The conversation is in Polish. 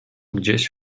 gdzieś